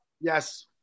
Yes